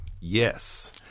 Yes